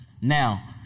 now